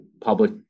public